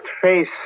face